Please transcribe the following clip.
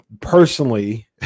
personally